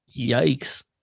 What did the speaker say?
Yikes